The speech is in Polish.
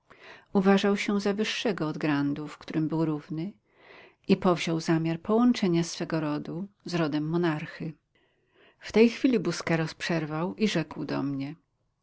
uważał się za wyższego od grandów którym był równy i powziął zamiar połączenia swego rodu z rodem monarchy w tej chwili busqueros przerwał i rzekł do mnie